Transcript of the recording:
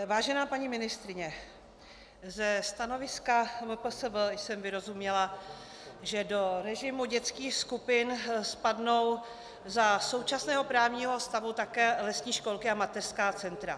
Vážená paní ministryně, ze stanoviska MPSV jsem vyrozuměla, že do režimu dětských skupin spadnou za současného právního stavu také lesní školky a mateřská centra.